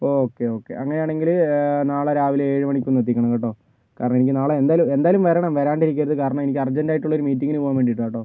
okay okay അങ്ങനെ ആണെങ്കില് നാളെ രാവിലെ ഏഴ് മണിക്ക് ഒന്ന് എത്തിക്കണം കേട്ടോ കാരണം എനിക്ക് നാളെ എന്തായാലും എന്തായാലും വരണം വരാണ്ടിരിക്കരുത് കാരണം എനിക്ക് അർജൻറ്റ് ആയിട്ടുള്ള മീറ്റിംഗ് പോകാൻ വേണ്ടിയിട്ടാട്ടോ കെട്ടോ